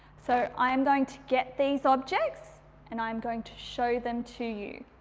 so, i'm going to get these objects and i'm going to show them to you.